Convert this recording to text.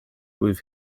with